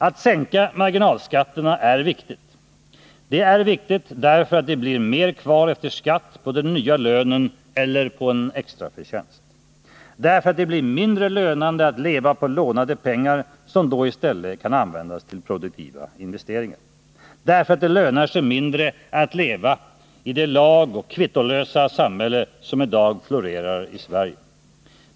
Att sänka marginalskatten är viktigt därför att det blir mer kvar efter skatt på den nya lönen eller på en extraförtjänst; därför att det blir mindre lönande att leva på lånade pengar som då i stället kan användas till produktiva investeringar; därför att det lönar sig mindre att leva i det lagoch kvittolösa samhälle som i dag florerar i Sverige.